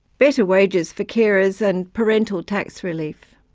better wages for carers, and parental tax relief.